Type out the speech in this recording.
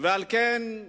ועל כן,